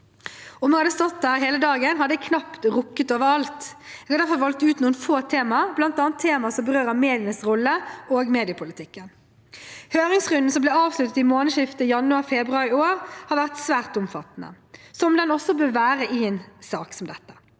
Om jeg hadde stått her hele dagen, hadde jeg knapt rukket over alt. Jeg har derfor valgt ut noen få temaer, bl.a. temaer som berører medienes rolle og mediepolitikken. Høringsrunden, som ble avsluttet i månedsskiftet januar/februar i år, har vært svært omfattende, som den bør være i en sak som dette.